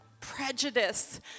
prejudice